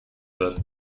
wird